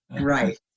Right